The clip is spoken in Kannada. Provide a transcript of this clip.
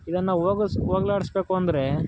ಇದನ್ನು ಹೋಗಿಸ್ ಹೋಗಲಾಡಿಸ್ಬೇಕು ಅಂದರೆ